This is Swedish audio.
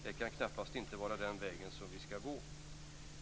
Det kan knappast vara den vägen som vi skall gå.